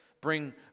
bring